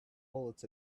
bullets